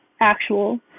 actual